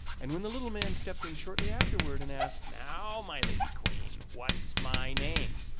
and when the little man stepped in shortly afterward and asked now, my lady queen, what's my name?